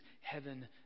heaven